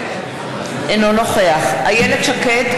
אינו נוכח איילת שקד,